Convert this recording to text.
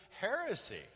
heresy